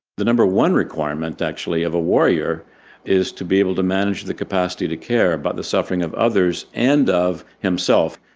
the number one requirement actually, of a warrior is to be able to manage the capacity to care about the suffering of others and of himself.